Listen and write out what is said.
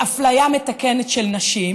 אפליה מתקנת של נשים.